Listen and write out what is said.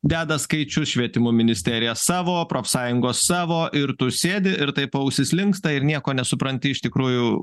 deda skaičius švietimo ministerija savo profsąjungos savo ir tu sėdi ir taip ausys linksta ir nieko nesupranti iš tikrųjų